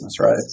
right